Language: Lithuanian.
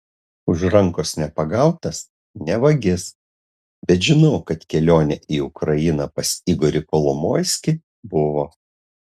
už rankos nepagautas ne vagis bet žinau kad kelionė į ukrainą pas igorį kolomoiskį buvo